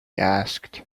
asked